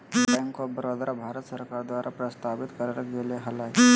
bank of Baroda, Bharat सरकार द्वारा प्रस्तावित करल गेले हलय